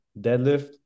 deadlift